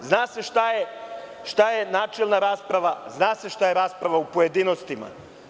Jer, zna se šta je načelna rasprava, zna se šta je rasprava u pojedinostima.